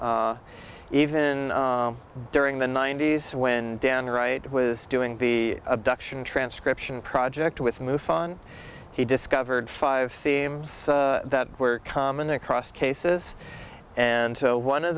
even during the ninety's when dan wright was doing the abduction transcription project with move fun he discovered five theme that were common across cases and so one of